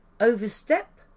overstep